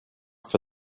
for